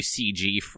CG